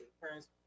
parents